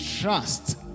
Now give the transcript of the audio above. trust